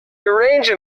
arrange